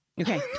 Okay